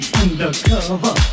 undercover